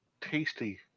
tasty